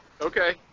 Okay